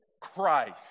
Christ